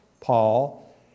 Paul